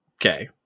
okay